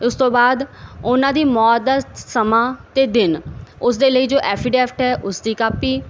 ਉਸ ਤੋਂ ਬਾਅਦ ਉਹਨਾਂ ਦੀ ਮੌਤ ਦਾ ਸਮਾਂ ਤੇ ਦਿਨ ਉਸ ਦੇ ਲਈ ਜੋ ਐਫੀਡੈਫਟ ਹੈ ਉਸ ਦੀ ਕਾਪੀ